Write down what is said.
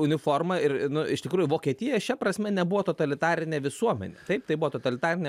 uniforma ir nu iš tikrųjų vokietija šia prasme nebuvo totalitarinė visuomenė taip tai buvo totalitarinė